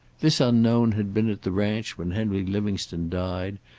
this unknown had been at the ranch when henry livingstone died,